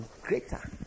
greater